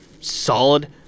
solid